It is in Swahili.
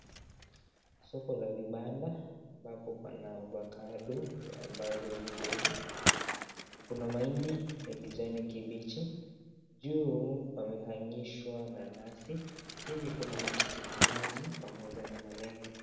Soko la vibanda ambapo pana avocado ambazo hazijaiva, kuna mahindi ya kijani kibichi. Juu pamehang'ishwa mananasi chini kuna matikiti maji pamoja na malenge.